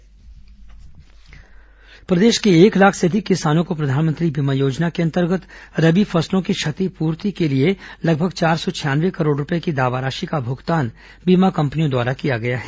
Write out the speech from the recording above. फसल बीमा दावा भुगतान प्रदेश के एक लाख से अधिक किसानों को प्रधानमंत्री बीमा योजना के अंतर्गत रबी फसलों की क्षतिपूर्ति के लिए लगभग चार सौ छियानवे करोड़ रूपये की दावा राशि का भुगतान बीमा कंपनियों द्वारा किया गया है